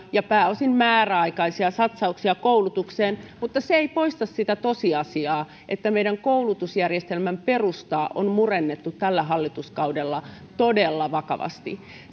ja pääosin määräaikaisia satsauksia koulutukseen mutta se ei poista sitä tosiasiaa että meidän koulutusjärjestelmämme perustaa on murennettu tällä hallituskaudella todella vakavasti